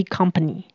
Company